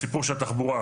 הסיפור של התחבורה,